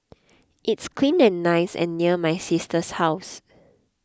it's clean and nice and near my sister's house